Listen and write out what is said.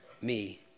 me